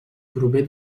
prové